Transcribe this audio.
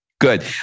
good